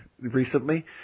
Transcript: Recently